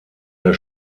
der